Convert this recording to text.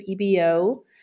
EBO